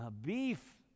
beef